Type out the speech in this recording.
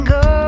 go